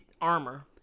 armor